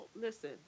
listen